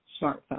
smartphone